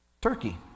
Turkey